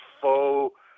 faux